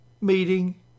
meeting